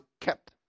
kept